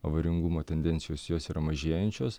avaringumo tendencijos jos yra mažėjančios